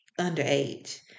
underage